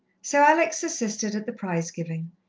so alex assisted at the prize-giving,